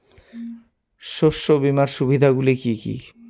শস্য বীমার সুবিধা গুলি কি কি?